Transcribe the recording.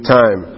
time